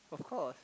of course